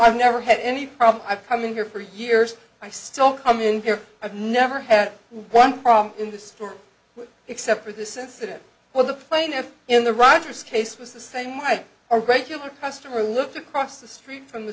i've never had any problem i've come in here for years i still come in here i've never had one problem in the store except for this incident while the plaintiff in the rogers case was the same i a regular customer looked across the street from the